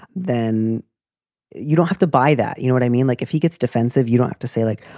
then you don't have to buy that. you know what i mean? like, if he gets defensive, you don't have to say, like,